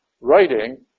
writing